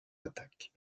attaques